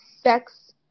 sex